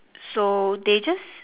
so they just